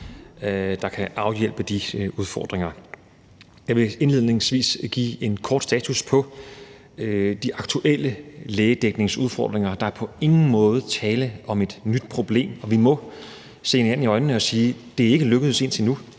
der kan afhjælpe de udfordringer. Jeg vil indledningsvis give en kort status på de aktuelle lægedækningsudfordringer. Der er på ingen måde tale om et nyt problem. Vi må se hinanden i øjnene og sige, at det indtil nu